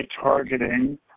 targeting